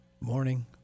morning